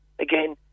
again